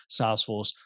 Salesforce